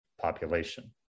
population